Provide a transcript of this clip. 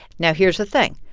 now here's the thing.